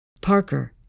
Parker